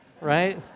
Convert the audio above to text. right